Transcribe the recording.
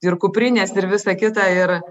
ir kuprinės ir visa kita ir